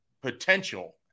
potential